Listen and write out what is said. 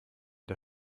der